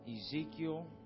Ezekiel